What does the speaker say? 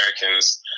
Americans